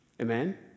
Amen